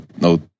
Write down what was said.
no